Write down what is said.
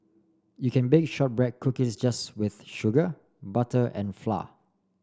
you can bake shortbread cookies just with sugar butter and flour